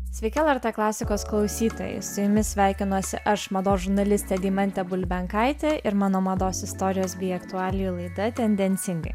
sveiki lrt klasikos klausytojai su jumis sveikinuosi aš mados žurnalistė deimantė bulbenkaitė ir mano mados istorijos bei aktualijų laida tendencingai